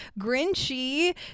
grinchy